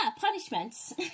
punishments